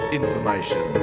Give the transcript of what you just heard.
information